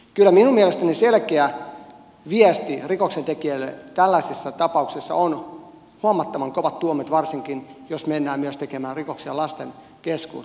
kyllä minun mielestäni selkeä viesti rikoksentekijälle tällaisessa tapauksessa on huomattavan kovat tuomiot varsinkin jos mennään myös tekemään rikoksia lasten keskuuteen